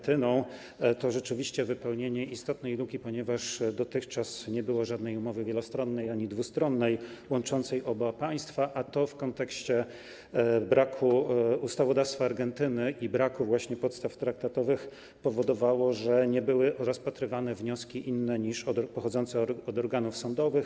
To rzeczywiście wypełnienie istotnej luki, ponieważ dotychczas nie było żadnej umowy wielostronnej ani dwustronnej łączącej oba państwa, a to w kontekście braku ustawodawstwa Argentyny i braku właśnie podstaw traktatowych powodowało, że nie były rozpatrywane wnioski inne niż pochodzące od organów sądowych.